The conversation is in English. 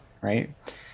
right